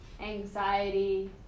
anxiety